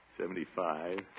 seventy-five